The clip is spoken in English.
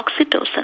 oxytocin